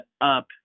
up